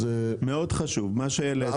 זה מאוד חשוב מה שהעליתם.